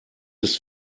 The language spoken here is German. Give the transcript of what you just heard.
ist